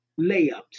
layups